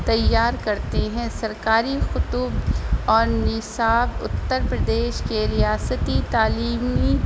تیار کرتے ہیں سرکاری قطب اور نصاب اتر پردیش کے ریاستی تعلیمی